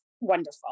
wonderful